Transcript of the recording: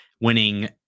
winning